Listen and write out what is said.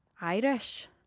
Irish